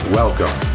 welcome